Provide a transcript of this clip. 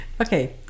Okay